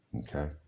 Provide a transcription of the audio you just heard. Okay